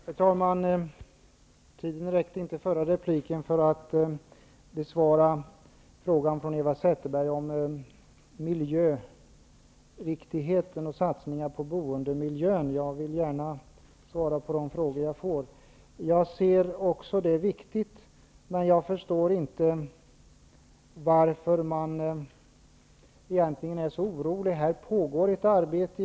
Herr talman! Tiden räckte inte i den förra repliken till att besvara frågan från Ewa Zetterberg om miljö och satsningar på boendemiljön. Jag vill gärna svara på de frågor jag får. Jag tycker också att detta är viktigt. Men jag förstår egentligen inte varför man är så orolig.